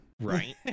right